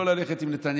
גם "ולירושלים